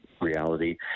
reality